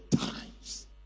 times